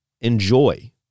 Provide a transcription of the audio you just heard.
enjoy